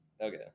Okay